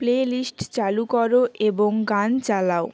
playlist চালু করো এবং গান চালাও